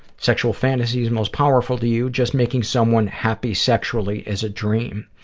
sexual fantasies most powerful to you. just making someone happy sexually is a dream,